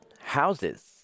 houses